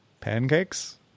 pancakes